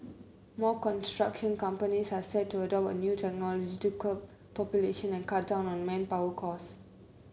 more construction companies are set to adopt a new technology to curb pollution and cut down on manpower costs